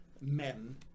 men